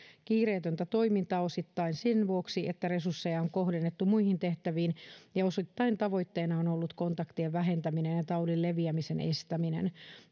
kiireetöntä toimintaa osittain sen vuoksi että resursseja on kohdennettu muihin tehtäviin ja ja osittain tavoitteena on ollut kontaktien vähentäminen ja taudin leviämisen estäminen